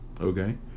okay